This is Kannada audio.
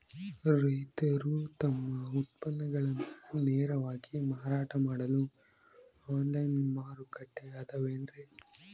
ರೈತರು ತಮ್ಮ ಉತ್ಪನ್ನಗಳನ್ನ ನೇರವಾಗಿ ಮಾರಾಟ ಮಾಡಲು ಆನ್ಲೈನ್ ಮಾರುಕಟ್ಟೆ ಅದವೇನ್ರಿ?